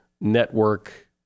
network